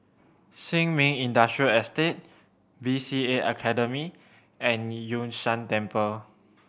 Sin Ming Industrial Estate B C A Academy and Yun Shan Temple